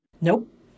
Nope